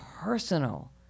personal